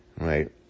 right